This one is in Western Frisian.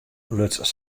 luts